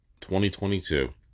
2022